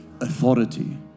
Authority